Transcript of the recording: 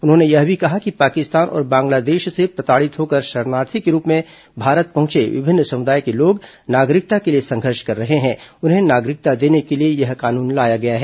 उन्होंने यह भी कहा कि पाकिस्तान और बांग्लादेश से प्रताड़ित होकर शरणार्थी के रूप में भारत पहुंचे विभिन्न समुदाय के लोग नागरिकता के लिए संघर्ष कर रहे हैं उन्हें नागरिकता देने के लिए यह कानून लाया गया है